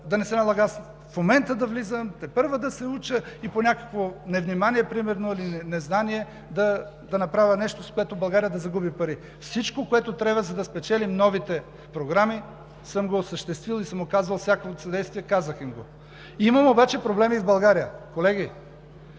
да не се налага аз в момента да влизам, тепърва да се уча и по някакво невнимание примерно или незнание да направя нещо, от което България да загуби пари. Всичко, което трябва, за да спечелим новите програми, съм го осъществил и съм оказал всякакво съдействие – казах им го. Имам обаче проблеми в България. Колеги,